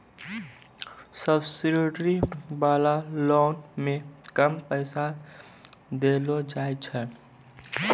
subsidy वाला loan मे कम पैसा देलो जाय छै